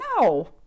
No